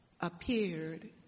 appeared